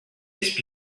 his